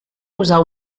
posar